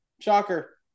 shocker